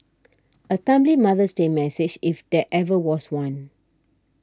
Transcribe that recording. a timely Mother's Day message if there ever was one